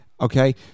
okay